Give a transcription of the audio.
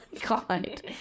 God